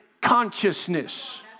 consciousness